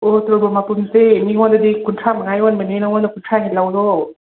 ꯑꯣ ꯇꯣꯔꯕꯣꯠ ꯃꯄꯨꯝꯁꯦ ꯃꯤꯉꯣꯟꯗꯗꯤ ꯀꯨꯟꯊ꯭ꯔꯥ ꯃꯉꯥ ꯌꯣꯟꯕꯅꯦ ꯅꯉꯣꯟꯗ ꯀꯨꯟꯊ꯭ꯔꯥ ꯍꯦꯛ ꯂꯧꯔꯣ